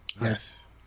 Yes